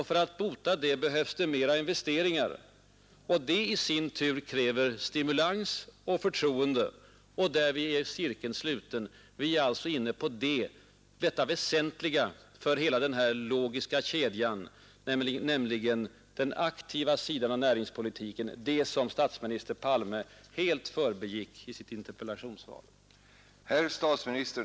För att bota detta behövs det mera investeringar, vilket i sin tur kräver stimulans och förtroende. Därmed är cirkeln sluten. Vi är alltså inne på det väsentliga för hela denna logiska kedja, nämligen den aktiva sidan av näringspolitiken, det som statsminister Palme helt förbigick i sitt interpellationssvar.